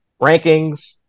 rankings